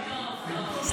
טוב, הבנתי.